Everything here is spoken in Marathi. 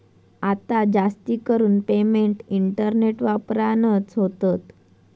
आता जास्तीकरून पेमेंट इंटरनेट वापरानच होतत